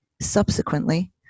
subsequently